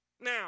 Now